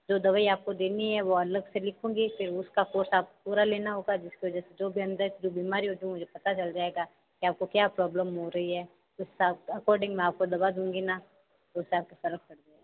जो दवाई आपको देनी है वो अलग से लिखूँगी फिर उसका कोर्स आप पूरा लेना होगा जिसकी वजह से जो भी अंदर जो बिमारी होगी तो वो मुझे पता चल जाएगा कि आपको क्या प्रॉब्लम हो रही है उसके अकॉर्डिंग मैं आपको दवा दूँगी ना उससे आपके फर्क पड़ जाएगा